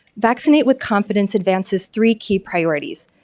vaccinate with confidence advances three key priorities,